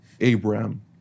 Abraham